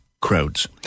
crowds